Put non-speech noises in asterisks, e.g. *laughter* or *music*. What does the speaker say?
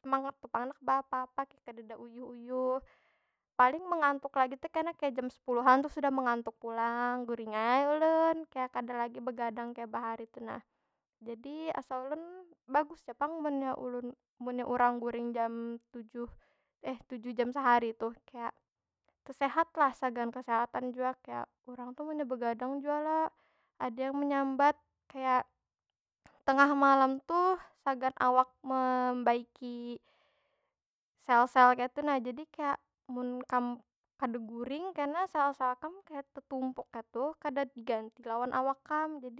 semangat tu pang handak beapa- apa. Kaya kadeda uyuh- uyuh. Paling mengantuk lagi tu kena kaya jam sepuluhan tu sudah mengantuk pulang, guring ai ulun. kaya kada lagi begadang kaya bahari tu nah. Jadi, asa ulun bagus ja pang munnya ulun, munya urang guring jam tujuh, *hesitation* tujuh jam sehari tuh, kaya tesehat lah sagan kesehatan jua. Kaya urang tu munnya begadang jua lo, ada yang menyambat kaya tengah malam tuh sagan awan membaiki sel- sel kaytu nah. Jadi kaya, mun kan kada guring kena sel- sel kam kaya tetumpuk kaytu, kada diganti lawan awak kam. Jadi.